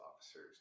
officers